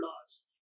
laws